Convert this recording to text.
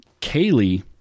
Kaylee